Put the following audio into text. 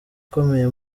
ikomeye